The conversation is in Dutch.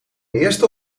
eerste